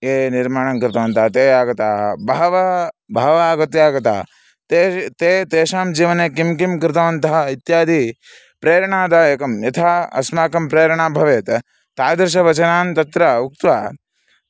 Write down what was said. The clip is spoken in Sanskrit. ये निर्माणं कृतवन्तः ते आगताः बहवः बहवः आगत्य गताः तेषु ते तेषां जीवने किं किं कृतवन्तः इत्यादि प्रेरणादायकं यथा अस्माकं प्रेरणा भवेत् तादृशवचनानि तत्र उक्त्वा